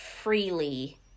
freely